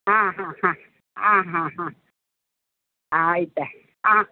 ಹಾಂ ಹಾಂ ಹಾಂ ಹಾಂ ಹಾಂ ಹಾಂ ಆಯ್ತ ಹಾಂ